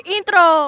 Intro